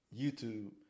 YouTube